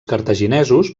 cartaginesos